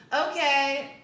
okay